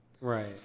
Right